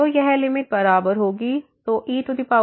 तो यह लिमिट बराबर होगी तो e2xxe2x